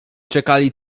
czekali